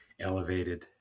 elevated